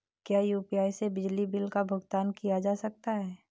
क्या यू.पी.आई से बिजली बिल का भुगतान किया जा सकता है?